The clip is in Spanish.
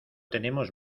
tenemos